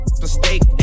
mistake